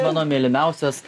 mano mylimiausios